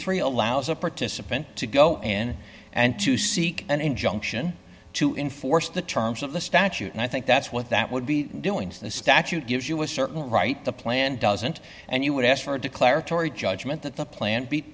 three allows a participant to go in and to seek an injunction to enforce the terms of the statute and i think that's what that would be doing to the statute gives you a certain right the plan doesn't and you would ask for declaratory judgment that the plant be